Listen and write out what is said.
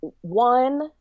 one